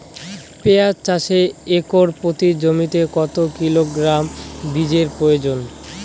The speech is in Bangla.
পেঁয়াজ চাষে একর প্রতি জমিতে কত কিলোগ্রাম বীজের প্রয়োজন?